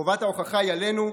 חובת ההוכחה היא עלינו,